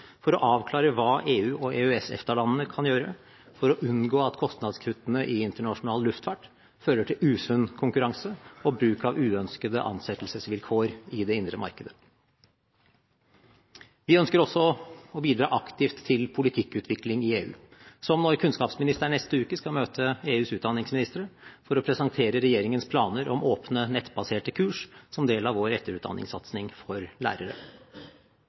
for å avklare hva EU- og EØS/EFTA-landene kan gjøre for å unngå at kostnadskuttene i internasjonal luftfart fører til usunn konkurranse og bruk av uønskede ansettelsesvilkår i det indre markedet. Vi ønsker også å bidra aktivt til politikkutvikling i EU, som når kunnskapsministeren neste uke skal møte EUs utdanningsministre for å presentere regjeringens planer om åpne nettbaserte kurs som del av vår etterutdanningssatsing for lærere.